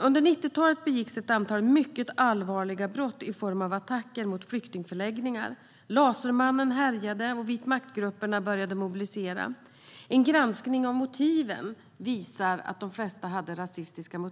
Under 90-talet begicks ett antal mycket allvarliga brott i form av attacker mot flyktingförläggningar, lasermannen härjade och vitmaktgrupperna började mobilisera. En granskning av motiven visar att de flesta var rasistiska.